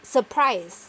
surprise